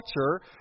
culture